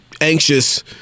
anxious